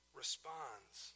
responds